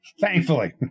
Thankfully